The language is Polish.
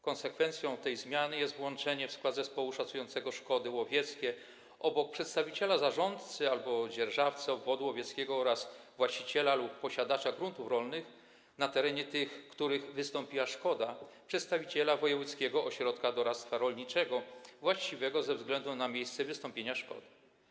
Konsekwencją tej zmiany jest włączenie w skład zespołu szacującego szkody łowieckie obok przedstawiciela zarządcy albo dzierżawcy obwodu łowieckiego oraz właściciela lub posiadacza gruntów rolnych, na terenie których wystąpiła szkoda, przedstawiciela wojewódzkiego ośrodka doradztwa rolniczego właściwego ze względu na miejsce wystąpienia szkody.